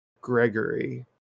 Gregory